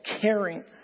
caring